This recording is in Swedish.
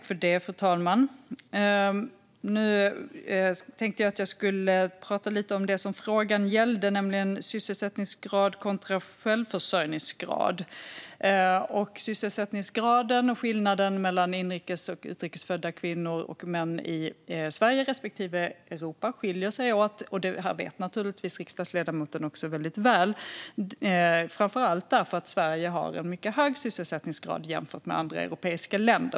Fru talman! Jag tänkte prata lite om det som frågan gällde, nämligen sysselsättningsgrad kontra självförsörjningsgrad. Sysselsättningsgraden mellan inrikes och utrikes födda män i Sverige respektive Europa skiljer sig åt, och det här vet naturligtvis riksdagsledamoten väldigt väl. Det beror framför allt på att Sverige har en mycket hög sysselsättningsgrad jämfört med andra europeiska länder.